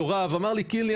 קינלי,